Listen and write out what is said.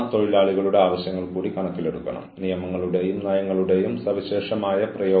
ആരെങ്കിലും എന്തെങ്കിലും ചെയ്യുന്നത് നിങ്ങൾക്ക് ഇഷ്ടമല്ല